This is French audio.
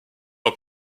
ans